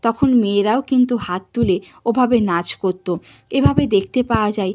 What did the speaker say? তখন মেয়েরাও কিন্তু হাত তুলে ওভাবে নাচ করত এভাবে দেখতে পাওয়া যায়